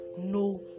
no